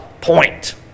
point